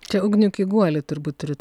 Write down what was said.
čia ugnių kiguolį turbūt turit